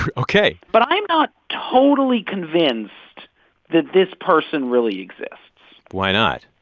ok but i'm not totally convinced that this person really exists why not?